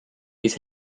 his